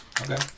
Okay